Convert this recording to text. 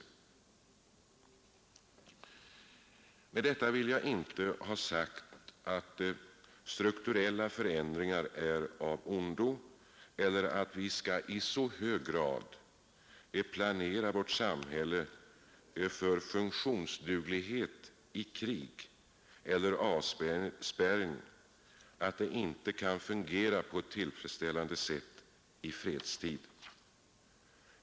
É Med detta vill jag inte ha sagt att strukturella förändringar är av ondo eller att vi skall i så hög grad planera vårt samhälle för funktionsduglighet i krig eller vid avspärrning att det inte kan fungera på ett tillfredsställande sätt i fredstid.